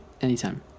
anytime